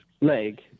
leg